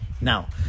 Now